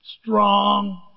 strong